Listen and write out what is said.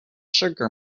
sugar